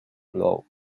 law